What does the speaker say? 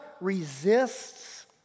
resists